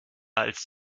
als